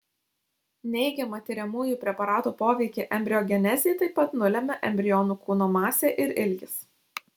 neigiamą tiriamųjų preparatų poveikį embriogenezei taip pat nulemia embrionų kūno masė ir ilgis